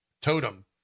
totem